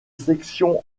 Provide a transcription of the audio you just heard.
section